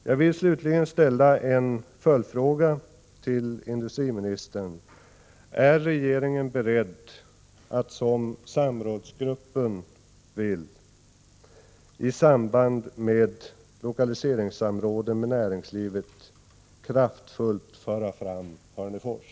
Jag vill slutligen ställa en följdfråga till industriministern: Är regeringen beredd att, som samrådsgruppen vill, i samband med lokaliseringssamråden med näringslivet kraftfullt föra fram Hörnefors?